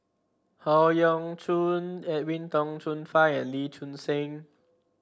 Howe Yoon Chong Edwin Tong Chun Fai and Lee Choon Seng